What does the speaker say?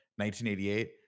1988